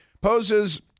poses